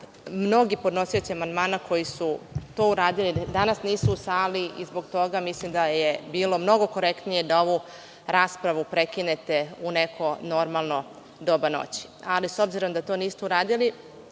mnogi podnosioci amandmana koji su to uradili danas nisu u sali i zbog toga mislim da je bilo mnogo korektniji da ovu raspravu prekinete u neko normalno doba noći. Ali, s obzirom da to niste uradili